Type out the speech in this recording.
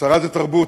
שרת התרבות,